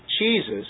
Jesus